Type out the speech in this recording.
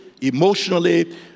emotionally